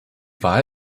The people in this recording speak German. wahl